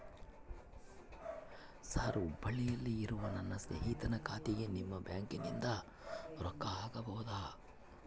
Sir ಹುಬ್ಬಳ್ಳಿಯಲ್ಲಿ ಇರುವ ನನ್ನ ಸ್ನೇಹಿತನ ಖಾತೆಗೆ ನಿಮ್ಮ ಬ್ಯಾಂಕಿನಿಂದ ರೊಕ್ಕ ಹಾಕಬಹುದಾ?